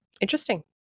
Interesting